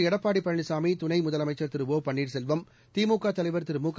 எடப்பாடி பழனிசாமி துணை முதலமைச்சர் திரு ஒ பள்னீர்செல்வம் திமுக தலைவர் திரு முக